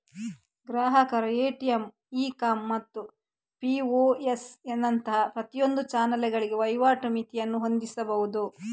ಗ್ರಾಹಕರು ATM, e com ಮತ್ತು POS ನಂತಹ ಪ್ರತಿಯೊಂದು ಚಾನಲಿಗೆ ವಹಿವಾಟು ಮಿತಿಯನ್ನು ಹೊಂದಿಸಬಹುದು